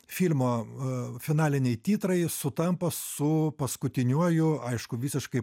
filmo a finaliniai titrai sutampa su paskutiniuoju aišku visiškai